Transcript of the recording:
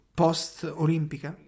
post-olimpica